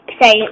say